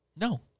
No